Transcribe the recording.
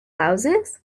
louses